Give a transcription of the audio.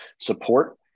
support